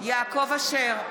יעקב אשר,